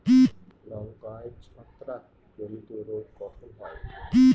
লঙ্কায় ছত্রাক জনিত রোগ কখন হয়?